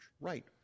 Right